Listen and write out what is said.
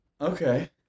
Okay